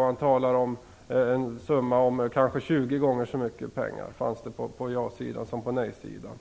Man talar om att det fanns kanske 20 gånger så mycket pengar på ja-sidan som på nejsidan.